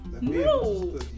No